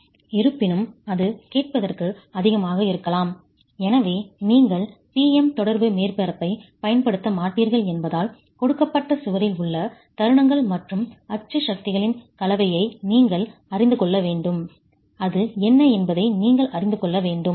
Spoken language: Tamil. இருப்பினும் அது கேட்பதற்கு அதிகமாக இருக்கலாம் எனவே நீங்கள் P M தொடர்பு மேற்பரப்பைப் பயன்படுத்த மாட்டீர்கள் என்பதால் கொடுக்கப்பட்ட சுவரில் உள்ள தருணங்கள் மற்றும் அச்சு சக்திகளின் கலவையை நீங்கள் அறிந்து கொள்ள வேண்டும் அது என்ன என்பதை நீங்கள் அறிந்து கொள்ள வேண்டும்